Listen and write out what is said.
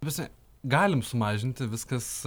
visi galim sumažinti viskas